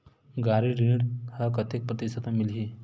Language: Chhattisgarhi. गाड़ी ऋण ह कतेक प्रतिशत म मिलही?